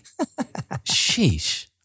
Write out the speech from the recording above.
Sheesh